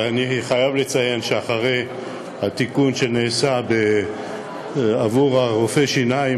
אני חייב לציין שאחרי התיקון שנעשה עבור רופאי השיניים,